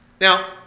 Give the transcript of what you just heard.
Now